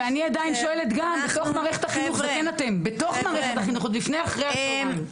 ואני עדיין שואלת גם בתוך מערכת החינוך עוד לפני אחרי הצוהריים.